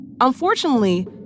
Unfortunately